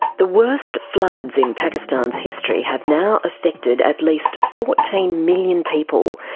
the worst floods in pakistan's history have now affected at least fourteen million people.